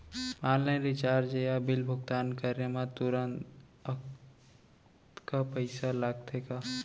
Online recharge या bill भुगतान करे मा तुरंत अक्तहा पइसा लागथे का?